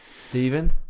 Stephen